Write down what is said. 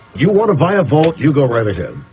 you want to buy a volt, you go right ahead.